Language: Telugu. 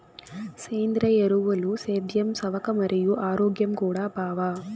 సేంద్రియ ఎరువులు సేద్యం సవక మరియు ఆరోగ్యం కూడా బావ